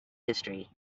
history